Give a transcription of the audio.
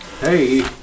Hey